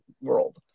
world